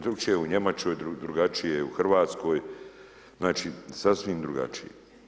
Drukčije je u Njemačkoj, drugačije je u Hrvatskoj, znači sasvim drugačije.